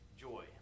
joy